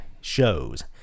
shows